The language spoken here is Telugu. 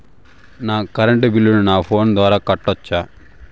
నా కరెంటు బిల్లును నా ఫోను ద్వారా కట్టొచ్చా?